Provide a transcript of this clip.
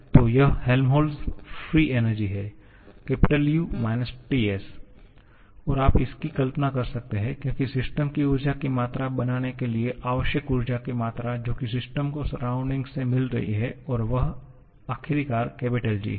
तो यह हेल्महोल्त्ज़ मुक्त ऊर्जा है U − TS और आप इसकी कल्पना कर सकते हैं क्योंकि सिस्टम की ऊर्जा की मात्रा बनाने के लिए आवश्यक ऊर्जा की मात्रा जो कि सिस्टम को सराउंडिंग से मिल रही है और वह आखिरकार G है